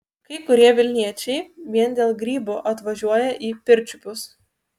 kai kurie vilniečiai vien dėl grybų atvažiuoja į pirčiupius